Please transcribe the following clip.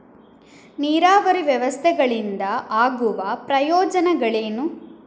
ನೀರಾವರಿ ವ್ಯವಸ್ಥೆಗಳಿಂದ ಆಗುವ ಪ್ರಯೋಜನಗಳೇನು?